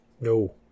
no